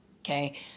Okay